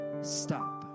Stop